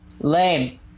Lame